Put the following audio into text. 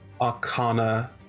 Arcana